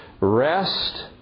rest